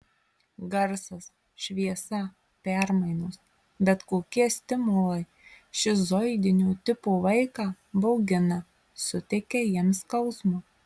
garsas šviesa permainos bet kokie stimulai šizoidinio tipo vaiką baugina suteikia jam skausmo